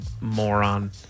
moron